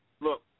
Look